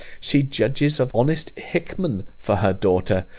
she judges of honest hickman for her daughter,